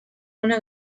una